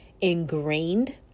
ingrained